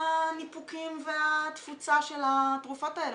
אנחנו עומדים לצאת לבחירות,